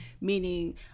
meaning